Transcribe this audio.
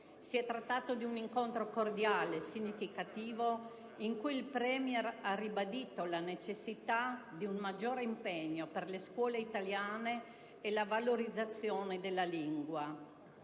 È stato un incontro cordiale e significativo, in cui il Presidente ha ribadito la necessità di un maggiore impegno per le scuole italiane e la valorizzazione della lingua,